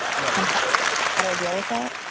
now how do i deal with that?